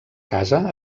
casa